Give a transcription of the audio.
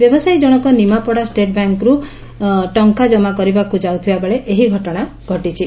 ବ୍ୟବସାୟୀଜଶକ ନିର୍ମାପଡ଼ା ଷେଟ୍ବ୍ୟାଙ୍କକୁ ଟଙ୍କା ଜମା କରିବାକୁ ଯାଉଥିବାବେଳେ ଏହି ଘଟଶା ଘଟିଛି